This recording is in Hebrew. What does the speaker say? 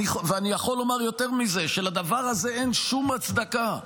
אני יכול לומר יותר מזה, שלדבר הזה אין שום הצדקה,